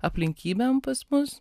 aplinkybėm pas mus